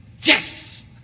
Yes